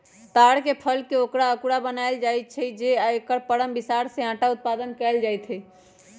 तार के फलके अकूरा बनाएल बनायल जाइ छै आ एकर परम बिसार से अटा उत्पादन कएल जाइत हइ